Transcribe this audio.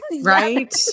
Right